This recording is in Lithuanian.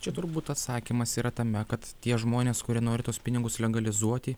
čia turbūt atsakymas yra tame kad tie žmonės kurie nori tuos pinigus legalizuoti